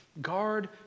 Guard